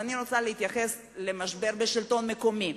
אני רוצה להתייחס למשבר בשלטון המקומי.